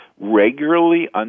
Regularly